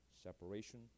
separation